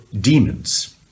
demons